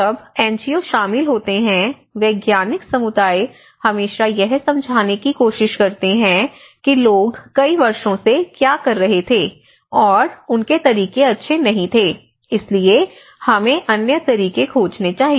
जब एनजीओ शामिल होते हैं वैज्ञानिक समुदाय हमेशा यह समझाने की कोशिश करते हैं कि लोग कई वर्षों से क्या कर रहे थे और उनके तरीके अच्छे नहीं थे इसलिए हमें अन्य तरीके खोजने चाहिए